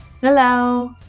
Hello